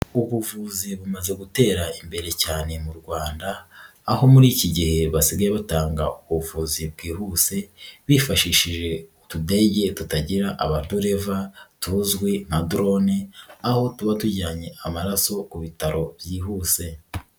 Ubuvuzi bumaze gutera imbere cyane mu Rwanda, aho muri iki gihe basigaye batanga ubuvuzi bwihuse, bifashishije utudege tutagira abadereva tuzwi nka dorone, aho tuba tujyanye amaraso ku bitaro byihuse.